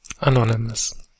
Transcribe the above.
Anonymous